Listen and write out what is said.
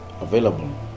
available